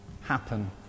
happen